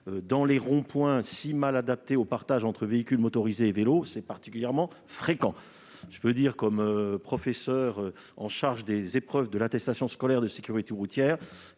Dans les ronds-points si mal adaptés au partage entre véhicules motorisés et vélos, ce type de situation est particulièrement fréquent. Je peux dire, en tant que professeur chargé des épreuves de l'attestation scolaire de sécurité routière,